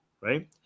right